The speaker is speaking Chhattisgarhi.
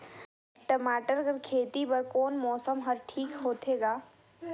टमाटर कर खेती बर कोन मौसम हर ठीक होथे ग?